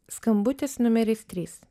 skambutis numeris trys